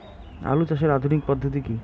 আলু চাষের আধুনিক পদ্ধতি কি?